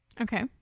Okay